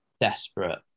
desperate